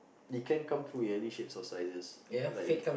it can come true in any shapes or sizes like you